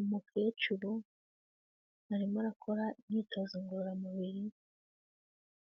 Umukecuru arimo arakora imyitozo ngororamubiri